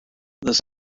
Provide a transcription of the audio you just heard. this